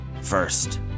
first